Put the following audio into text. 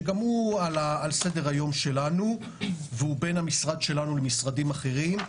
שגם הוא עלה על סדר-היום שלנו והוא בין המשרד שלנו למשרדים אחרים.